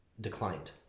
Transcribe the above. declined